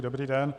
Dobrý den.